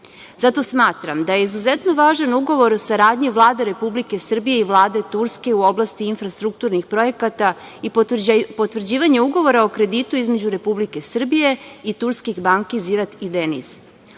Zato smatram da je izuzetno važan Ugovor o saradnji Vlade Republike Srbije i Vlade Turske u oblasti infrastrukturnih projekata i potvrđivanje Ugovora o kreditu između Republike Srbije i turskih banki "Zirat" i